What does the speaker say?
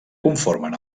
conformen